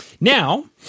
Now